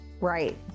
Right